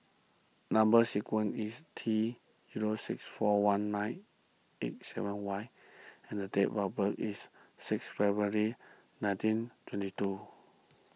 Number Sequence is T zero six four one nine eight seven Y and the date of birth is six February nineteen twenty two